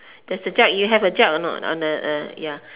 there's a jug you have a jug or not on the uh ya